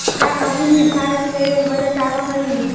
का अभी भी भारत में रेल बजट आवा हई